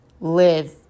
live